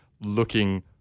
looking